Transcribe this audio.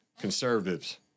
conservatives